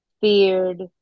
feared